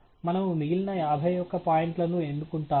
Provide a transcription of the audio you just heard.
మనము మిగిలిన యాభై ఒక్క పాయింట్లను ఎన్నుకుంటాము